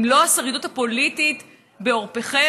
אם לא השרידות הפוליטית בעורפכם,